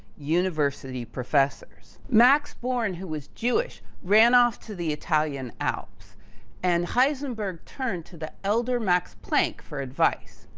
university professors. max born who was jewish ran off to the italian outs and heisenberg turned to the elder max planck for advice.